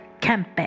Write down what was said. Campbell